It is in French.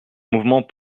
mouvement